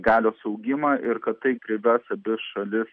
galios augimą ir kad tai prives abi šalis